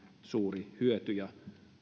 suuri hyöty ja